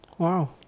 Wow